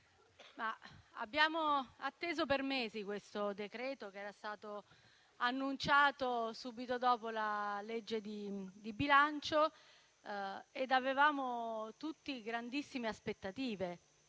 abbiamo atteso per mesi questo decreto-legge, che era stato annunciato subito dopo la legge di bilancio, ed avevamo tutti grandissime aspettative,